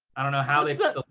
i don't know how they so